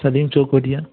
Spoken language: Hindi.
सलीम